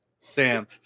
Sam